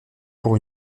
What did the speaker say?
pour